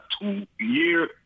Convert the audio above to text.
two-year